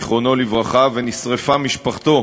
זיכרונו לברכה, ונשרפה משפחתו,